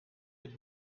êtes